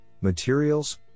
materials